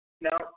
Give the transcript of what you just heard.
now